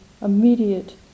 immediate